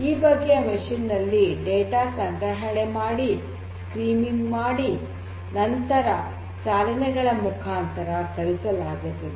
ಈ ಬಗೆಯ ಯಂತ್ರದಲ್ಲಿ ಡೇಟಾ ಸಂಗ್ರಹಣೆ ಮಾಡಿ ಸ್ಟ್ರೀಮಿಂಗ್ ಮಾಡಿ ಚಾನೆಲ್ ಗಳ ಮುಖಾಂತರ ಕಳುಹಿಸಲಾಗುತ್ತದೆ